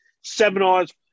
seminars